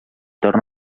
torna